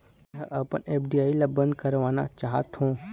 मै ह अपन एफ.डी ला अब बंद करवाना चाहथों